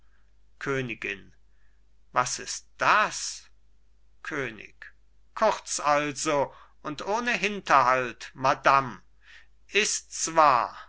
königin was ist das könig kurz also und ohne hinterhalt madam ists wahr